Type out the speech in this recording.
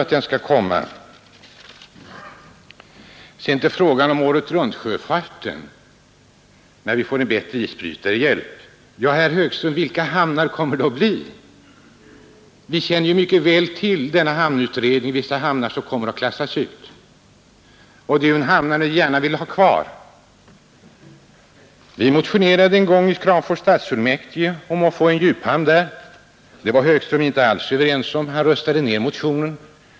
Sedan till frågan om sjöfart året runt om vi i framtiden får bättre isbrytarhjälp. Ja, herr Högström, vilka hamnar kommer det att bli? Vi känner båda två mycket väl till hamnutredningen. Vissa hamnar kommer att klassas ut, men det finns hamnar som vi gärna vill ha kvar. Vi i Vpk motionerade för en tid sedan i Kramfors stadsfullmäktige om att där få en djuphamn. Det var herr Högström alls inte med om. Han röstade mot motionen.